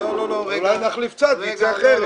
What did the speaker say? אולי נחליף צד וייצא אחרת.